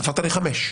ספרת חמש.